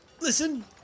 Listen